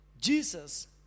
Jesus